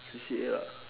C_C_A lah